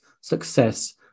success